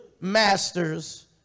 masters